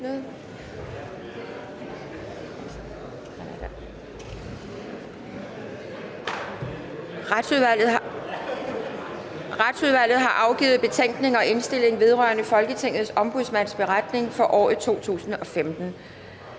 Retsudvalget har afgivet: Betænkning og indstilling vedrørende Folketingets Ombudsmands beretning for året 2015.